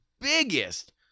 biggest